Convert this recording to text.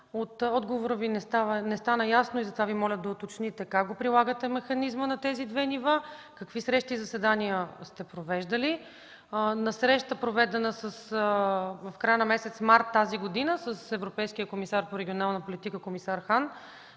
отговора Ви не стана ясно и затова Ви моля да уточните как прилагате механизма на тези две нива, какви срещи и заседания сте провеждали. На среща, проведена в края на месец март тази година с европейския комисар по регионална политика комисар Хаан,